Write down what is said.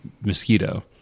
mosquito